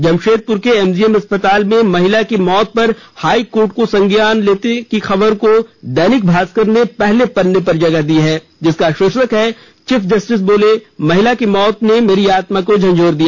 जमशेदपुर के एमजीएम अस्पताल में महिल की मौत पर हाई कोर्ट के संज्ञान लेने की खबर को दैनिक भास्कर ने पहले पन्ने पर जगह दी है जिसका शीर्षक है चीफ जस्टिस बोले महिला की मौत ने मेरी आत्मा को झंझोर दिया